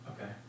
Okay